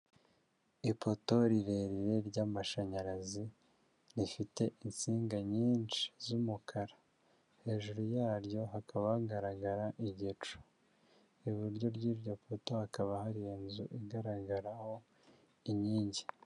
Ipoto rirerire ry'amashanyarazi rifite insinga nyinshi z'umukara, hejuru yaryo hakaba hagaragara igicu, iburyo ry'iryo poto hakaba hari inzu igaragaraho inkingi.